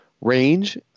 range